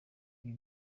ibi